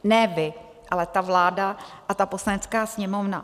Ne vy, ale ta vláda a ta Poslanecká sněmovna.